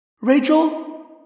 Rachel